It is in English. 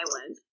Island